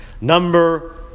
Number